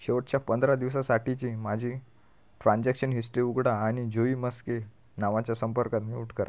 शेवटच्या पंधरा दिवसासाठीची माझी ट्रान्जॅक्शन हिस्ट्री उघडा आणि जुई मस्के नावाच्या संपर्कात म्यूट करा